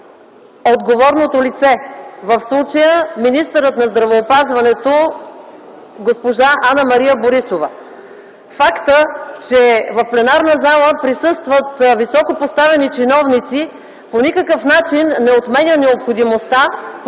отговорното лице, в случая – министърът на здравеопазването госпожа Анна-Мария Борисова. Фактът, че в пленарната зала присъстват високопоставени чиновници, по никакъв начин не отменя необходимостта